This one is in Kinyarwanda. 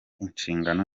inshingano